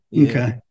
Okay